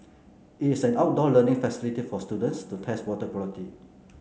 it is an outdoor learning facility for students to test water quality